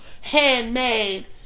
handmade